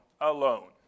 Alone